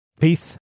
Peace